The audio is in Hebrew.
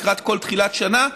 לקראת כל תחילת שנה,